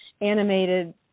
animated